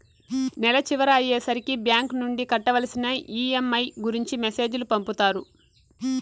నెల చివర అయ్యే సరికి బ్యాంక్ నుండి కట్టవలసిన ఈ.ఎం.ఐ గురించి మెసేజ్ లు పంపుతారు